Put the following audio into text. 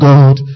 God